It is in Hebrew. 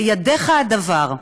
בידיך הדבר.